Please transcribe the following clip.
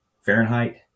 Fahrenheit